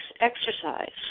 exercise